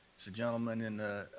it's the gentleman in